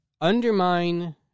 undermine